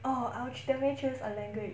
orh I will surely choose a language